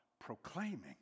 proclaiming